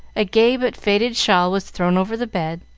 a gay but faded shawl was thrown over the bed,